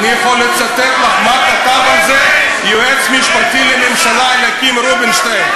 אני יכול לצטט לך מה כתב על זה היועץ המשפטי לממשלה אליקים רובינשטיין,